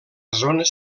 zones